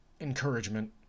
encouragement